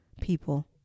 people